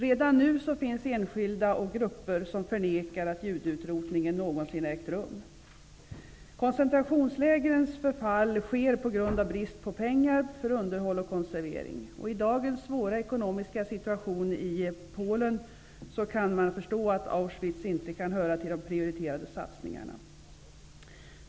Redan nu finns enskilda och grupper som förnekar att judeutrotningen någonsin ägt rum. Koncentrationslägrens förfall sker på grund av brist på pengar för underhåll och konservering. Med tanke på dagens svåra ekonomiska situation i Polen kan man förstå att Auschwitz inte kan höra till de prioriterade satsningarna.